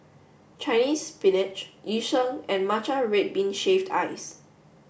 Chinese Spinach Yu Sheng and Matcha red bean shaved ice